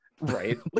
right